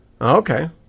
Okay